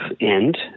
end